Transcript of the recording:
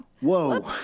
whoa